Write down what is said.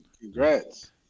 Congrats